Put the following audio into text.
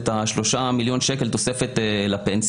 נתנו להם את השלושה מיליון שקל תוספת לפנסיה,